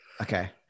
Okay